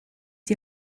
die